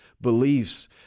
beliefs